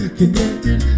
connected